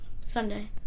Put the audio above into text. Sunday